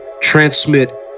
transmit